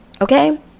okay